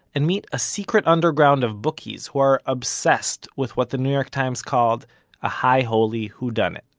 and meet a secret underground of bookies who are obsessed with what the new york times called a high holy whodunit.